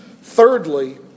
Thirdly